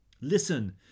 listen